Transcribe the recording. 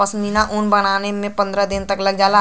पश्मीना ऊन बनवले में पनरह दिन तक लग जाला